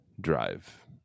drive